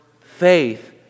faith